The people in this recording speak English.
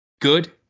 good